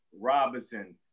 Robinson